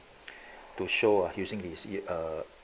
to show uh using these it uh